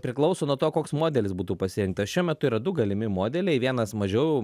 priklauso nuo to koks modelis būtų pasirinktas šiuo metu yra du galimi modeliai vienas mažiau